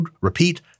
repeat